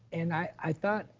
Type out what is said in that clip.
and i i thought